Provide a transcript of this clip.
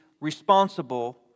responsible